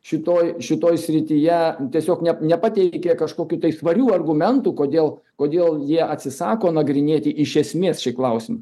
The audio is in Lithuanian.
šitoj šitoj srityje tiesiog ne nepateikė kažkokių svarių argumentų kodėl kodėl jie atsisako nagrinėti iš esmės šį klausimą